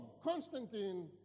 Constantine